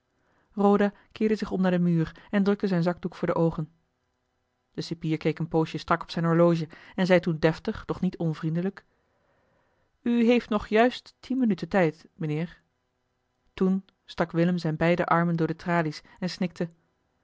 roda keerde zich om naar den muur en drukte zijn zakdoek voor de oogen de cipier keek een poosje strak op zijn horloge en zei toen deftig doch niet onvriendelijk u heeft nog juist tien minuten tijd mijnheer toen stak willem zijne beide armen door de tralies en snikte